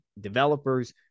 developers